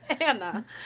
Anna